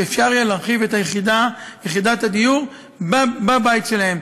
שאפשר יהיה להרחיב את יחידת הדיור בבית שלהם.